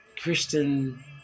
Christian